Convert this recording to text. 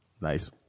Nice